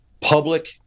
public